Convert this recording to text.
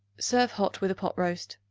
serve hot with a pot roast.